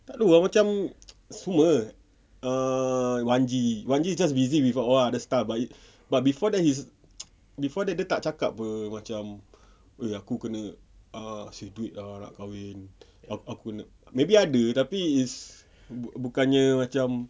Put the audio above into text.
tak tahu ah macam semua ah wan G wan G just busy with all other stuff but before that he before that dia tak cakap [pe] macam eh aku kena err save duit ah nak kahwin aku aku kena maybe ada tapi is bukannya macam